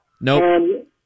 Nope